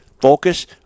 focus